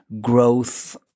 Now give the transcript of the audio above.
growth